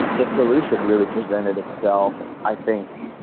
the solution really presented itself, i think,